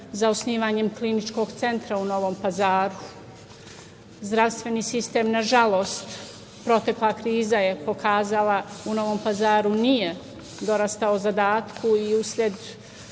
za osnivanjem kliničkog centra u Novom Pazaru. Zdravstveni sistem nažalost, protekla kriza je pokazala, nije dorastao zadatku i usled